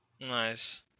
Nice